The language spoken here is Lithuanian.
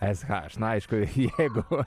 es haš na aišku jeigu